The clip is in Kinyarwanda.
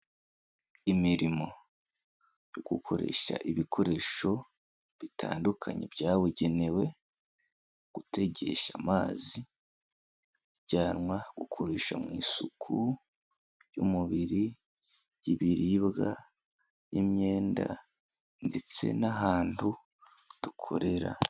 Imirimo yo gukoresha ibikoresho bitandukanye byabugenewe, gutegesha amazi, ajyanwa gukoresha mu isuku y'umubiri, ibiribwa, imyenda ndetse nahantu dukorera.